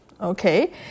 Okay